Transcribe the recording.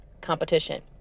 competition